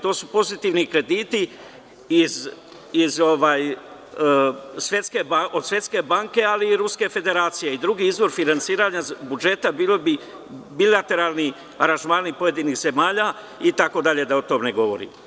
To su pozitivni krediti od Svetske banke, ali i Ruske Federacije i drugi izvor finansiranja budžeta, bilateralni aranžmani pojedinih zemalja itd, da o tome ne govorim.